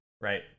Right